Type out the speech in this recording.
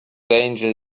danger